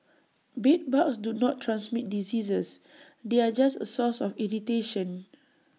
bedbugs do not transmit diseases they are just A source of irritation